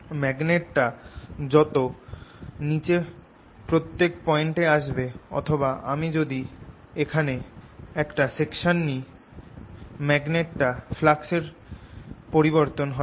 ম্যাগনেটটা যত নিচে প্রত্যেক পয়েন্টে আসবে অথবা আমি যদি এখানে একটা সেকশন নি ম্যাগনেটিক ফ্লাক্স এর পরিবর্তন হবে